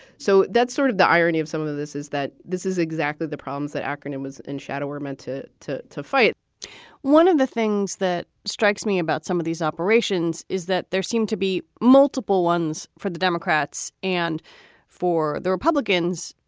so that's sort of the irony of some of of this, is that this is exactly the problems that acronyms and shadow were meant to to to fight one of the things that strikes me about some of these operations is that there seem to be multiple ones for the democrats and for the republicans.